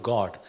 God